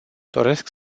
doresc